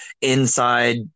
inside